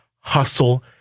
hustle